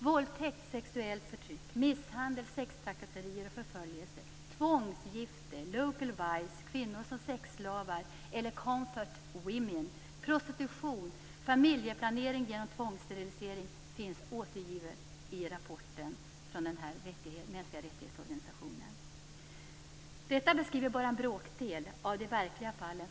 Våldtäkt, sexuellt förtryck, misshandel, sextrakasserier och förföljelse, tvångsgifte, local wives, kvinnor som sexslavar eller comfort women, prostitution och familjeplanering genom tvångssterilisering finns återgivet i rapporten från denna organisation för mänskliga rättigheter. Den beskriver bara en bråkdel av de verkliga fallen.